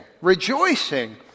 rejoicing